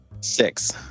six